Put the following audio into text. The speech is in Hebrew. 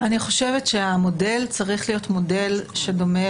אני חושבת שהמודל צריך להיות מודל שדומה